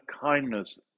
kindness